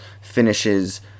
finishes